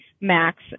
max